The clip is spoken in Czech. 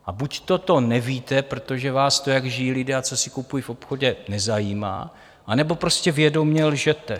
A buďto to nevíte, protože vás to, jak žijí lidé a co si kupují v obchodě, nezajímá, anebo prostě vědomě lžete.